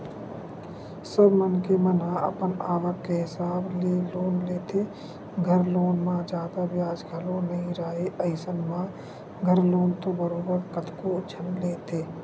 सब मनखे मन ह अपन आवक के हिसाब ले लोन लेथे, घर लोन म जादा बियाज घलो नइ राहय अइसन म घर लोन तो बरोबर कतको झन लेथे